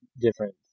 different